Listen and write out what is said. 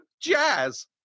jazz